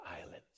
islands